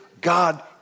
God